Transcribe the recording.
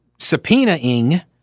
subpoenaing